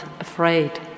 afraid